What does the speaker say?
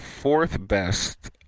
fourth-best